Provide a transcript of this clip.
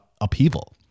upheaval